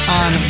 on